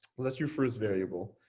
well, that's your first variable.